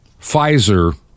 Pfizer